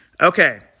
Okay